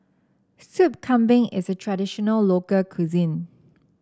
Sup Kambing is a traditional local cuisine